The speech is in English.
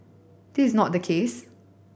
this is not the case